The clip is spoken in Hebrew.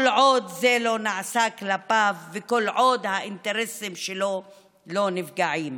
כל עוד זה לא נעשה כלפיו וכל עוד האינטרסים שלו לא נפגעים,